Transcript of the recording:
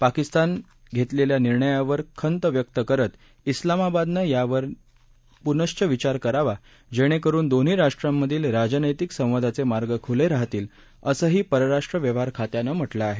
पाकिस्तान घेतलेल्या निर्णयावर खंत व्यक्त करत इस्लामाबादनं यावर निर्णयावर प्नश्च विचार करावा जेणेकरुन दोन्ही राष्ट्रांमधील राजनैतिक संवादाचे मार्ग खुले राहतील असंही परराष्ट्र व्यवहार खात्यानं म्हटलं आहे